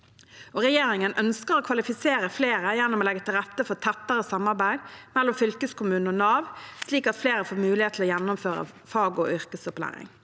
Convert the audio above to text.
regjeringen ønsker å kvalifisere flere gjennom å legge til rette for et tettere samarbeid mellom fylkeskommunen og Nav, slik at flere får mulighet til å gjennomføre fag- og yrkesopplæring.